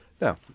Now